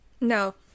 No